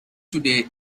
today